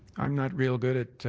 i'm not real good at